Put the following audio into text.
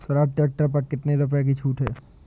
Swaraj tractor पर कितनी रुपये की छूट है?